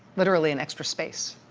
literally an extra space,